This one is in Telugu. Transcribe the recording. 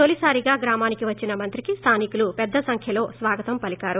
తొలిసారిగా గ్రామానికి వచ్చిన మంత్రికి స్లానికులు పెద్ద సంఖ్యలో స్వాగతం పలికారు